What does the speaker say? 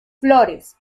flores